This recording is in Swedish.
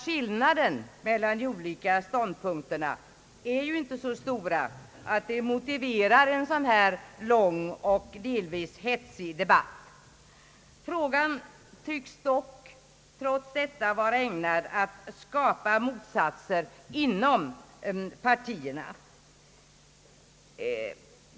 Skillnaderna mellan de olika ståndpunkterna är ju inte så stora att de motiverar en så lång och delvis hetsig debatt. Frågan tycks dock vara ägnad att skapa motsättningar inom partierna.